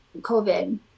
COVID